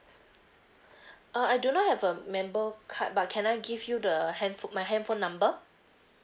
uh I do not have a member card but can I give you the handpho~ my handphone number